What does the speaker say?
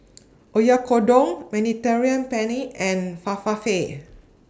Oyakodon Mediterranean Penne and Falafel